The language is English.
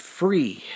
free